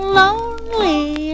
lonely